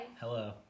Hello